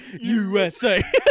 USA